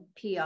PR